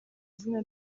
izina